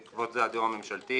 בעקבות זה הדיור הממשלתי